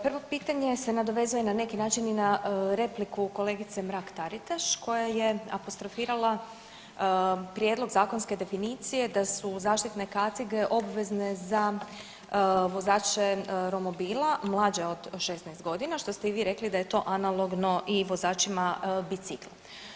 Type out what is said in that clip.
Prvo pitanje se nadovezuje na neki način i na repliku kolegice Mrak-Taritaš koje je apostrofirala prijedlog zakonske definicije da su zaštitne kacige obvezne za vozače romobila mlađe od 16 godina, što ste i vi rekli da je to analogno i vozačima bicikla.